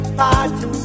party